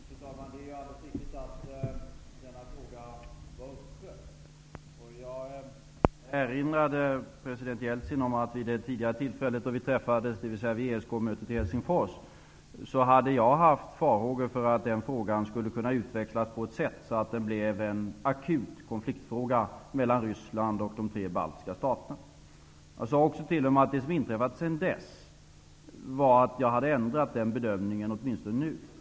Fru talman! Det är alldeles riktigt att denna fråga var uppe. Jag erinrade president Jeltsin om att jag vid det tidigare tillfället då vi träffades, dvs. vid ESK-mötet i Helsingfors, hade haft farhågor för att den frågan skulle kunna utvecklas på ett sådant sätt att den blev en akut konfliktfråga mellan Ryssland och de tre baltiska staterna. Jag sade också att det som hade inträffat sedan dess var att jag hade ändrat den bedömningen, åtminstone nu.